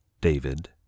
David